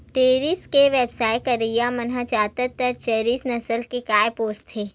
dairy के बेवसाय करइया मन ह जादातर जरसी नसल के गाय पोसथे